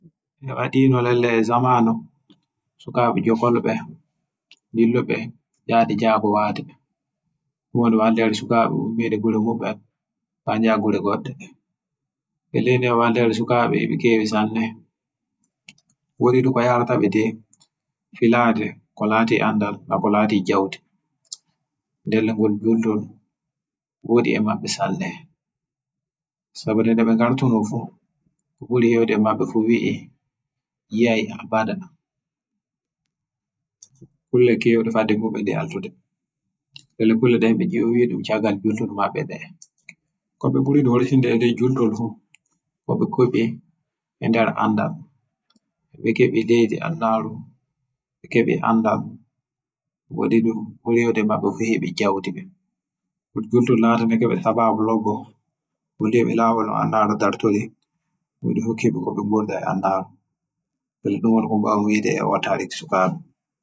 Huwataa riɓe sukkaɓe jokol wonne sukkaɓe umminde kullere moyye panja njaako golle. Goddo e dina wallere sukaaɓe rikiɓe sanne malla ko yaarataɓe nder filaade ko kolaati andal kolaati njawdi fuu, helle ngol juutol woodi e maɓbe. Sanne sabda be ngartuno ko ɓuri hedi maɓbe. Fuu biɓe yide hunde ko haa abada ɓaddene yeltude, Ko buri hedi maɓɓe fuu heɓi njawdi mi hebai. E badan ngaddanbe yeltude kaa fuu koɓe huli hursinte leyi wol juttol yon kobe heɓi ele andal kobe. Keɓi le annaru beyi annaru nde wayli jangi e njamdi jemma be nyi yimɓe be yiaino ha bara fauutule yeltu maɓɓe. Laale dum waylita ngurna ma sanne, Hokkiɓe ɗum njawdi fuu heɓa jille goto mo sanne.